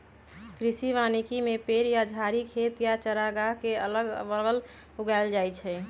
कृषि वानिकी में पेड़ या झाड़ी खेत या चारागाह के अगल बगल उगाएल जाई छई